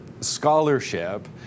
scholarship